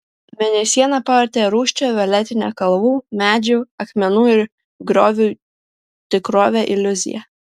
mėnesiena pavertė rūsčią violetinę kalvų medžių akmenų ir griovų tikrovę iliuzija